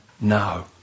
No